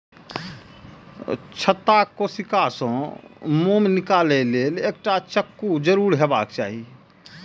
छत्ताक कोशिका सं मोम निकालै लेल एकटा चक्कू जरूर हेबाक चाही